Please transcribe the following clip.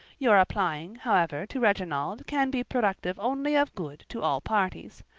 your applying, however, to reginald can be productive only of good to all parties.